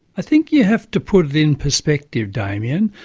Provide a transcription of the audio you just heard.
i think you have to put it in perspective, damien.